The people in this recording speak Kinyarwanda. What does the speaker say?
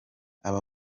aba